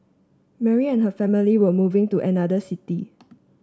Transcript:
Mary and her family were moving to another city